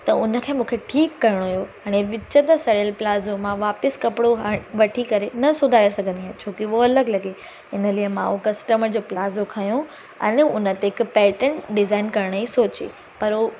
त उन खे मूंखे ठीकु करिणो हुओ अने विच ते सड़ियलु प्लाज़ो मां वापसि कपिड़ो वठी करे न सुधाए सघंदी आहियां छोकी उहो अलॻि लॻे इन लिए उहो मां कस्टमर जो प्लाज़ो खयों अने उन ते हिकु पैटन डिज़ाइन करण जी सोची पर उहो